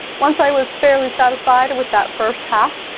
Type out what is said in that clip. once i was fairly satisfied with that first half,